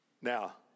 Now